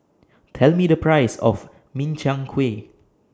Tell Me The Price of Min Chiang Kueh